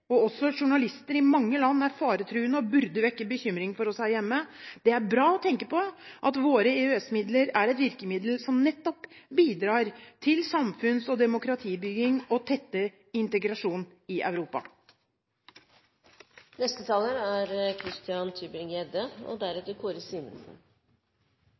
og også journalister, i mange land er faretruende og burde vekke bekymring hos oss her hjemme. Det er bra å tenke på at våre EØS-midler er et virkemiddel som bidrar nettopp til samfunns- og demokratibygging og tettere integrasjon i Europa. Jeg tror på styrken og